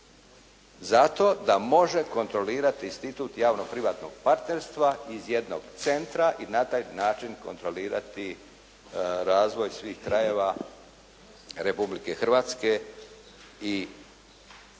Zato da može kontrolirati institut javno-privatnog partnerstva iz jednog centra i na taj način kontrolirati razvoj svih krajeva Republike Hrvatske i